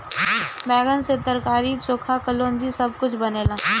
बैगन से तरकारी, चोखा, कलउजी सब कुछ बनेला